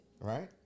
Right